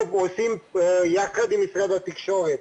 אנחנו פועלים יחד עם משרד התקשורת,